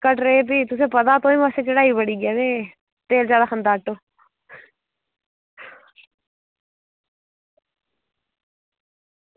कटरै गी भी तुसेंगी पता चढ़ाई बड़ी ऐ ते तेल जादै खंदा